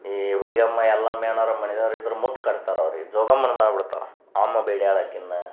ಈ ಹುಲಿಯಮ್ಮ ಎಲ್ಲಮ್ಮ ಏನಾರೂ ಮನೆದೇವ್ರ್ ಇದ್ರೆ ಮುತ್ತು ಕಟ್ತಾರೆ ಅವ್ರಿಗೆ ಜೋಗಮ್ಮನ ಮಾಡಿ ಬಿಡ್ತಾರೆ ಆ ಅಮ್ಮ ಬೇಡ್ಯಾಳೆ ಆಕೇನ್ನ